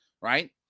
right